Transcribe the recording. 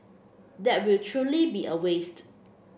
that will truly be a waste